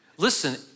Listen